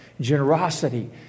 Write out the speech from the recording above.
generosity